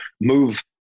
move